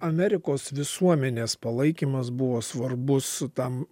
amerikos visuomenės palaikymas buvo svarbus tam